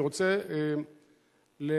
אני רוצה להתייחס